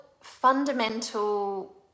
fundamental